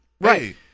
Right